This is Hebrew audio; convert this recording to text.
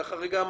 ככה הרגע אמרת.